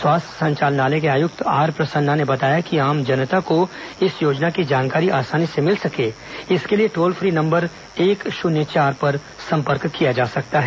स्वास्थ्य संचालनालय के आयुक्त आर प्रसन्ना ने बताया कि आम जनता को इस योजना की जानकारी आसानी से मिल सके इसके लिए टोल फ्री नंबर एक शून्य चार पर संपर्क किया जा सकता है